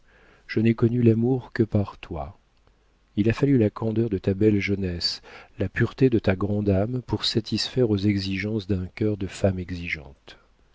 je n'ai connu l'amour que par toi il a fallu la candeur de ta belle jeunesse la pureté de ta grande âme pour satisfaire aux exigences d'un cœur de femme exigeante